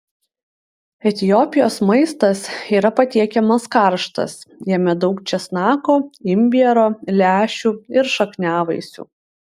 etiopijos maistas yra patiekiamas karštas jame daug česnako imbiero lęšių ir šakniavaisių